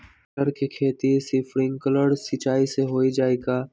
मटर के खेती स्प्रिंकलर सिंचाई से हो जाई का?